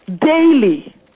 daily